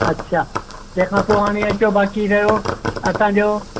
अच्छा तंहिंखां पोइ हाणे हेतिरो बाकी रहियो असांजो